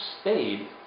stayed